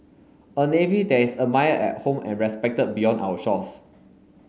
a navy that is admired at home and respected beyond our shores